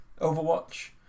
Overwatch